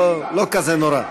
לא כזה נורא.